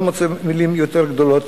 אני לא מוצא מלים יותר גדולות,